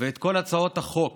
ואת כל הצעות החוק